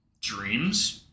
dreams